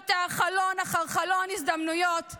אתה ניזון מהקצנה ושנאה,